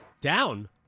Down